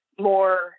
more